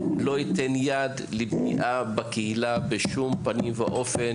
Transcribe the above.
לא אתן יד לפגיעה בקהילה בשום פנים ואופן,